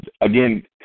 again